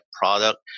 product